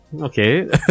okay